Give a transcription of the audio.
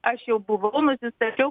aš jau buvau nusistačiau